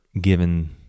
given